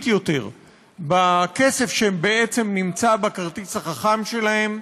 יותר בכסף שבעצם נמצא בכרטיס החכם שלהם.